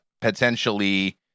potentially